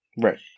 Right